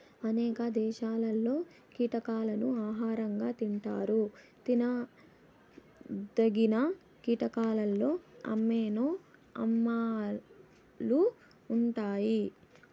అనేక దేశాలలో కీటకాలను ఆహారంగా తింటారు తినదగిన కీటకాలలో అమైనో ఆమ్లాలు ఉంటాయి